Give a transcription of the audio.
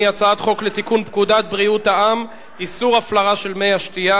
הצעת חוק לתיקון פקודת בריאות העם (איסור הפלרה של מי השתייה)